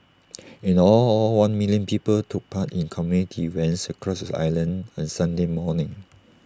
in all all one million people took part in community events across the island on Sunday morning